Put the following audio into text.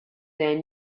their